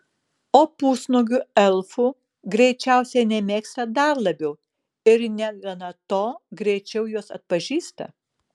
o pusnuogių elfų greičiausiai nemėgsta dar labiau ir negana to greičiau juos atpažįsta